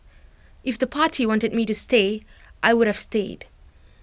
if the party wanted me to stay I would have stayed